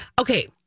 Okay